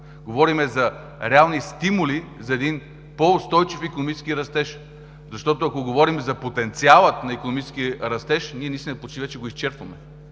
Говорим за реални стимули за един по-устойчив икономически растеж, защото ако говорим за потенциала на икономическия растеж ние наистина почти вече го изчерпваме.